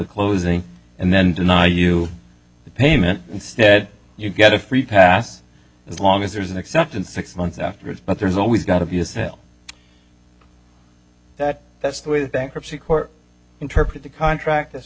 closing and then deny you the payment instead you get a free pass as long as there's an acceptance six months afterwards but there's always going to be a sale that that's the way the bankruptcy court interpret the contract